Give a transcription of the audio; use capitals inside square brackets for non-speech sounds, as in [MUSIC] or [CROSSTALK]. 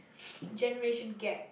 [NOISE] generation gap